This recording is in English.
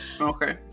okay